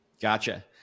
Gotcha